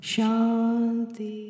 Shanti